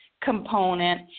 component